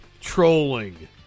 trolling